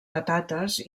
patates